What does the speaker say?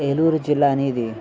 ఏలూరు జిల్లా అనేది